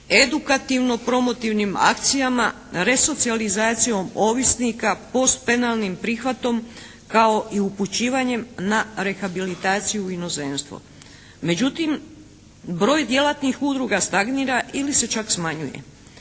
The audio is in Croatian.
edukativno promotivnim akcijama. Resocijalizacijom ovisnika, postpenalnim prihvatom kao i upućivanjem na rehabilitaciju u inozemstvu. Međutim broj djelatnih udruga stagnira ili se čak smanjuje.